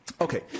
Okay